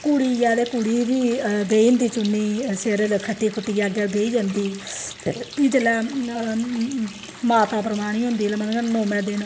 कुड़ी ऐ ते कुड़ी बी बेही जंदी चुन्नी सिर खट्टी खुट्टियै अग्गें बेही जंदी ते फ्ही जेल्लै माता परवानी होंदी मतलब नौमैं दिन